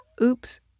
Oops